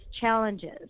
challenges